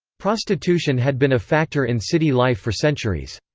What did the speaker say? prostitution had been a factor in city life for centuries.